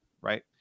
right